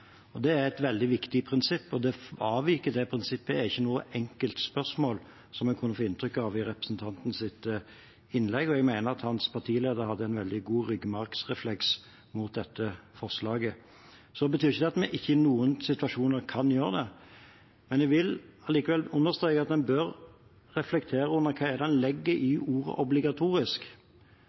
Det er et veldig viktig prinsipp, og det å fravike det prinsippet er ikke noe enkelt spørsmål, slik en kunne få inntrykk av i representantens innlegg. Jeg mener at hans partileder hadde en veldig god ryggmargsrefleks mot dette forslaget. Det betyr ikke at vi ikke i noen situasjoner kan gjøre det, men jeg vil allikevel understreke at en bør reflektere over hva det er en legger i ordet «obligatorisk», for når en hører innlegg fra Arbeiderpartiet, snakker en om obligatorisk